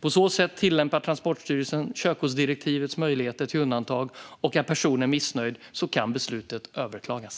På så sätt tillämpar Transportstyrelsen körkortsdirektivets möjligheter till undantag, och är personen missnöjd kan beslutet överklagas.